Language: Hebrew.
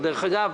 דרך אגב,